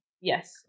Yes